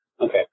Okay